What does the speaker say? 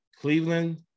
Cleveland